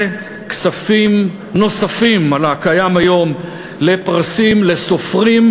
כספים נוספים על הקיים היום לפרסים לסופרים,